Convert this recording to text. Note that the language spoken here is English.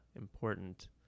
important